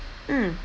mm